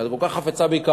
שאת כל כך חפצה ביקרן,